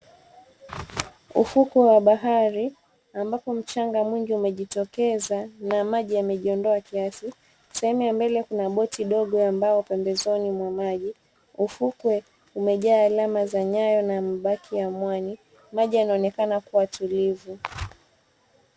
Ufukwe wa bahari, ambapo mchanga mwingi umejitokeza na maji yamejiondoa kiasi. Sehemu ya mbele kuna boti ndogo ya mbao pembezoni mwa maji. Ufukwe umejaa alama za nyayo na mabaki ya mwani, maji yanaonekana kuwa tulivu.